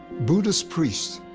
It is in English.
buddhist priests,